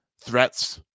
threats –